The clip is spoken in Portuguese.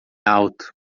alto